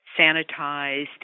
sanitized